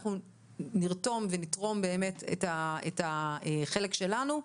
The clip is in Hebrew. אנחנו נרתום ונתרום באמת את החלק שלנו.